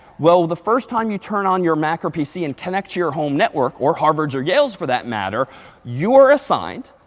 well, the first time you turn on your mac or pc and connect to your home network or harvard's or yale's for that matter you are assigned,